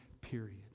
period